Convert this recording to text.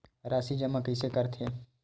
राशि जमा कइसे करथे?